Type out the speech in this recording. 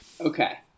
Okay